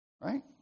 right